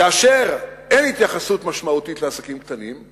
כאשר אין התייחסות משמעותית לעסקים קטנים,